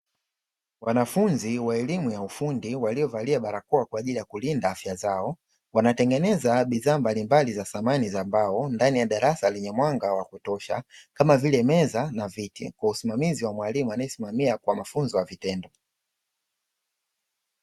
Wanafunzi wa elimu ya ufundi waliovalia barakoa kwa ajili ya kulinda afya zao wanatengeneza bidhaa mbalimbali za samani za mbao ndani ya darasa lenye mwanga wa kutosha kama vile meza na viti kwa usimamizi wa mwalimu anayesimamia kwa mafunzo ya vitendo.